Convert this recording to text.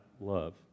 love